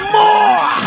more